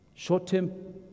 Short-term